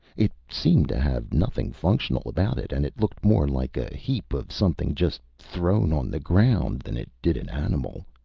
it seemed to have nothing functional about it and it looked more like a heap of something, just thrown on the ground, than it did an animal.